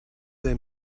they